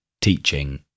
teaching